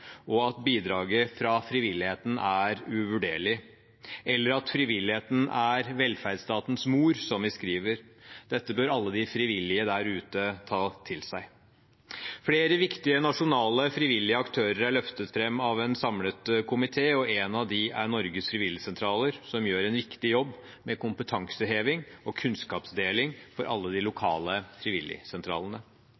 og at bidraget fra frivilligheten er uvurderlig, eller at frivilligheten er «velferdsstatens mor», som vi skriver. Dette bør alle de frivillige der ute ta til seg. Flere viktige nasjonale frivillige aktører er løftet fram av en samlet komité, og en av disse er Norges Frivilligsentraler, som gjør en viktig jobb med kompetanseheving og kunnskapsdeling for alle de